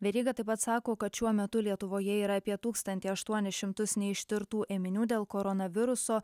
veryga taip pat sako kad šiuo metu lietuvoje yra apie tūkstantį aštuonis šimtus neištirtų ėminių dėl koronaviruso